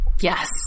Yes